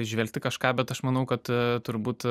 įžvelgti kažką bet aš manau kad turbūt